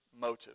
motive